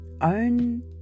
Own